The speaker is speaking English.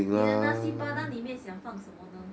你的 nasi padang 里面想放什么呢